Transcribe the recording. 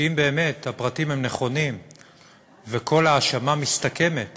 שאם באמת הפרטים הם נכונים וכל ההאשמה מסתכמת